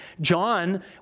John